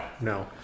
no